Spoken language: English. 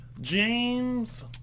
James